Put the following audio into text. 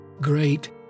great